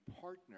partner